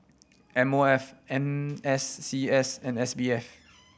M O F N S C S and S B F